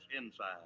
inside